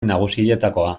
nagusietakoa